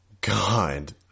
God